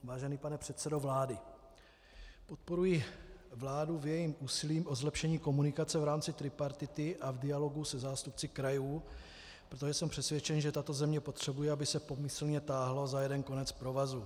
Vážený pane předsedo vlády, podporuji vládu v jejím úsilí o zlepšení komunikace v rámci tripartity a v dialogu se zástupci krajů, protože jsem přesvědčen, že tato země potřebuje, aby se pomyslně táhlo za jeden konec provazu.